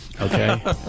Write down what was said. Okay